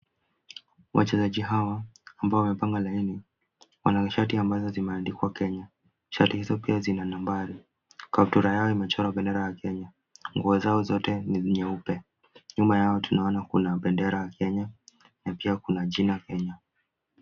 Wachezaji hawa ambao wamepanga laini , wana mashati ambazo zimeandikwa Kenya. Shati hizo pia zina nambari. Kaptura yao imechorwa bendera ya Kenya. Nguo zao zote ni nyeupe. Nyuma yao tunaona kuna bendera ya Kenya na pia kuna jina Kenya.